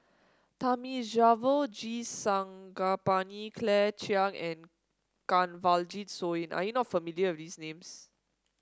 Thamizhavel G Sarangapani Claire Chiang and Kanwaljit Soin are you not familiar with these names